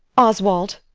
oswald!